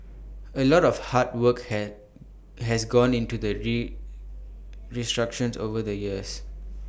A lot of hard work has has gone into that re restructuring over the years